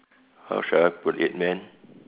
how should I put it man